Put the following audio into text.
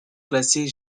classés